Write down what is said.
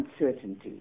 uncertainty